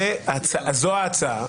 זו ההצעה.